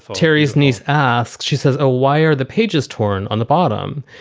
terry's niece asks, she says, a, why are the pages torn on the bottom?